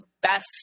best